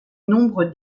nombre